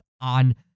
on